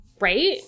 Right